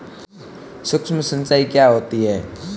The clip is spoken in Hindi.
सुक्ष्म सिंचाई क्या होती है?